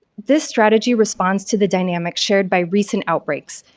this strategy responds to the dynamic shared by recent outbreaks,